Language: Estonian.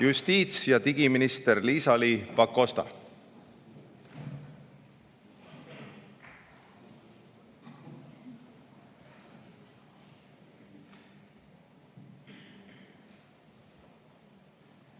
Justiits- ja digiminister Liisa-Ly Pakosta.